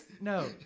No